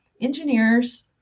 engineers